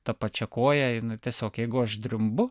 ta pačia koja tiesiog jeigu aš drimbu